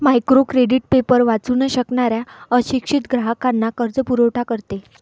micro credit paper वाचू न शकणाऱ्या अशिक्षित ग्राहकांना कर्जपुरवठा करते